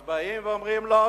אז באים ואומרים: לא,